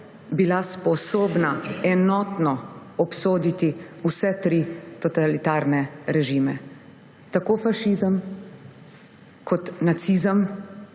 bila sposobna enotno obsoditi vse tri totalitarne režime, tako fašizem kot nacizem,